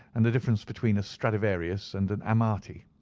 and the difference between a stradivarius and an amati.